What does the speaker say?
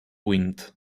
wind